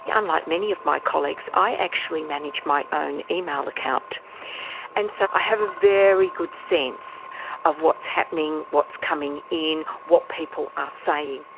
yeah unlike many of my colleagues, i actually manage my own email account and so i have a very good sense of what's happening, what's coming in, what people are saying.